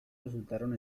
resultaron